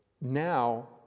now